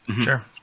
Sure